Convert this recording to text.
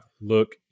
look